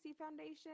Foundation